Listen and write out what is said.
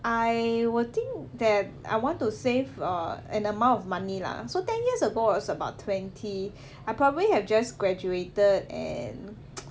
I will think that I want to save a an amount of money lah so ten years ago I was about twenty I probably have just graduated and